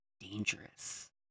dangerous